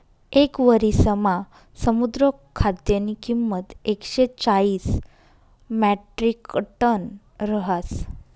येक वरिसमा समुद्र खाद्यनी किंमत एकशे चाईस म्याट्रिकटन रहास